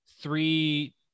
three